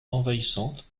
envahissante